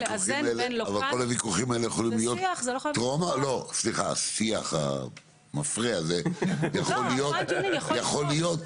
הוויכוחים האלה יכולים להיות או השיח המפרה הזה יכול להיעשות